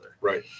Right